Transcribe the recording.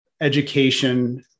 education